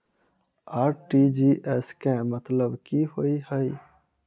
RTGS केँ मतलब की होइ हय?